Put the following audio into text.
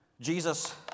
Jesus